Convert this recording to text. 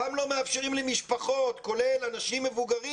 גם לא מאפשרים למשפחות להיפגש, כולל אנשים מבוגרים